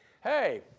hey